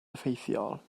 effeithiol